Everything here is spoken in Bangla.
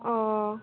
ও